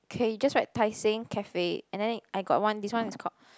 okay you just write Tai-Seng cafe and then I got one this one is called